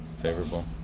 Favorable